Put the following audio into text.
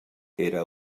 era